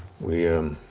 we, um